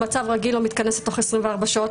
חוק ומשפט במצב רגיל לא מתכנסת תוך 24 שעות,